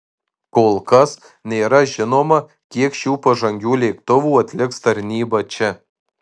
kol kas nėra žinoma kiek šių pažangių lėktuvų atliks tarnybą čia